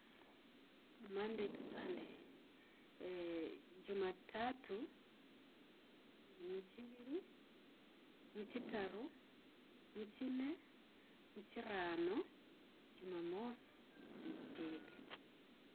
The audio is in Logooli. Monday tu sunday, jumatatu, muchivili, muchitaru, muchinne, muchirano, jumamosi, jumapili.